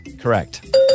Correct